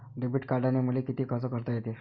Debit कार्डानं मले किती खर्च करता येते?